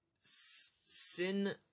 sin